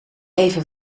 even